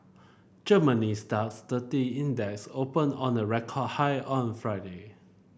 Germany's DAX thirty Index opened on a record high on Friday